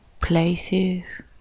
places